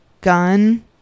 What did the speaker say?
gun